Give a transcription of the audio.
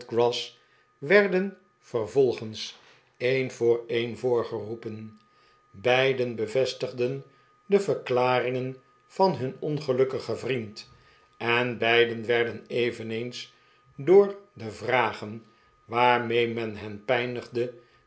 snodgrass werden vervolgens een voor een voorgeroepen beiden bevestigden de verklaringen van hun ongelukkigen vriend en beiden werden eveneens door de vragen waarmee men hen